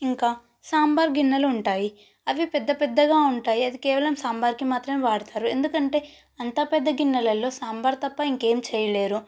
ఇంకా సాంబార్ గిన్నెలు ఉంటాయి అవి పెద్ద పెద్దగా ఉంటాయి అది కేవలం సాంబార్కి మాత్రమే వాడుతారు ఎందుకంటే అంత పెద్ద గిన్నెలల్లో సాంబార్ తప్ప ఇంక ఏమి చేయలేరు